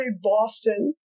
Boston